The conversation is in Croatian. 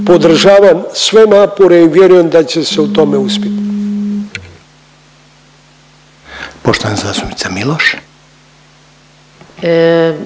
Podržavam sve napore i vjerujem da će se u tome uspjeti.